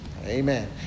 Amen